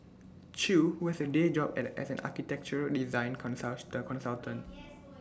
chew who has A day job as an architectural design consult the consultant